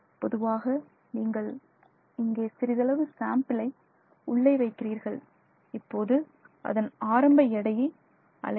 பொதுவாக நீங்கள் இங்கே சிறிதளவு சாம்பிளை உள்ளே வைக்கிறீர்கள் இப்போது அதன் ஆரம்ப எடையை அளவிடுங்கள்